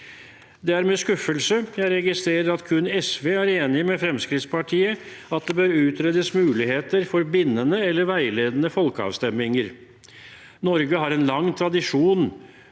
Det er med skuffelse jeg registrerer at kun SV er enige med Fremskrittspartiet i at det bør utredes muligheter for bindende eller veiledende folkeavstemninger. Norge har en lang tradisjon